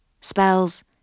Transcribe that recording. spells